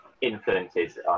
influences